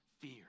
fear